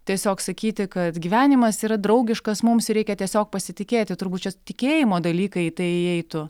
tiesiog sakyti kad gyvenimas yra draugiškas mums reikia tiesiog pasitikėti turbūt čia tikėjimo dalykai į tai įeitų